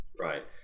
Right